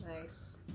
Nice